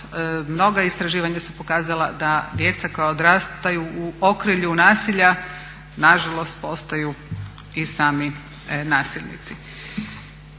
mnoga istraživanja su pokazala da djeca koja odrastaju u okrilju nasilja na žalost postaju i sami nasilnici.